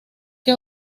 que